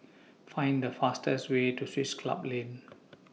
Find The fastest Way to Swiss Club Lane